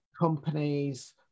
companies